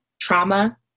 trauma